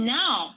now